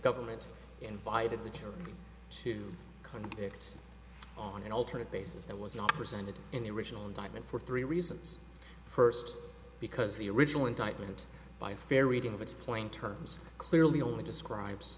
government invited the jury to convict on an alternate basis that was not presented in the original indictment for three reasons first because the original indictment by fair reading of its plain terms clearly only describes